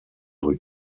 rues